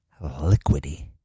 liquidy